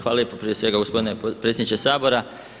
Hvala lijepo prije svega gospodine predsjedniče Sabora.